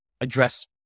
address